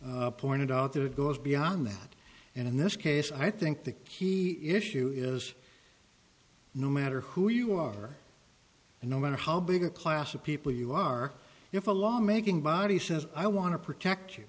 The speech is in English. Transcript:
pointed out that it goes beyond that and in this case i think the key issue is no matter who you are and no matter how big a class of people you are if a law making body says i want to protect you